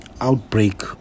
outbreak